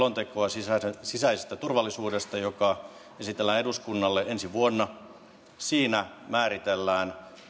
me lähdemme valmistelemaan sisäisestä turvallisuudesta selontekoa joka esitellään eduskunnalle ensi vuonna siinä määritellään